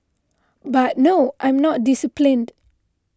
but no I'm not disciplined